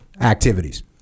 activities